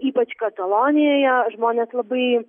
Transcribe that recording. ypač katalonijoje žmonės labai